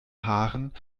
haaren